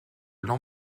l’an